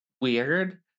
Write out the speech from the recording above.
weird